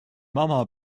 mama